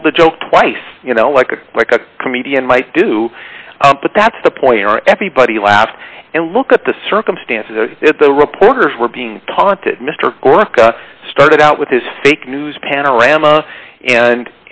told a joke twice you know like a like a comedian might do but that's the point where everybody laughed and look at the circumstances and the reporters were being taunted mr gorka started out with his fake news panorama and